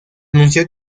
anunció